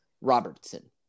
Robertson